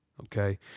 Okay